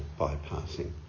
bypassing